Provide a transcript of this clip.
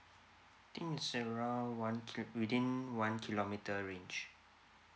think is around one kilo~ within one kilometer range